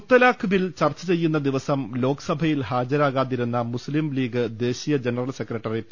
മുത്തലാഖ് bill ചർച്ച ചെയ്യുന്ന ദിവസം ലോക്സഭയിൽ ഹാജരാ കാതിരുന്ന മുസ്ലീംലീഗ് ദേശീയ ജനറൽ സെക്രട്ടറി പി